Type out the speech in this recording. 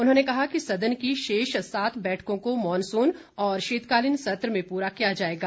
उन्होंने कहा कि सदन की शेष सात बैठकों को मानसून और शीतकालीन सत्र में पूरा किया जाएगा